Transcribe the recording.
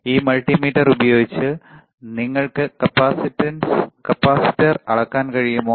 ഈ മൾട്ടിമീറ്റർ ഉപയോഗിച്ച് നിങ്ങൾക്ക് കപ്പാസിറ്റർ അളക്കാൻ കഴിയുമോ